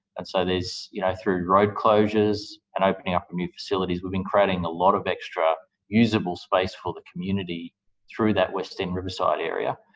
and so, you know through road closures and opening up of new facilities, we've been creating a lot of extra useable space for the community through that west end riverside area,